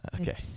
Okay